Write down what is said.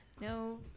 No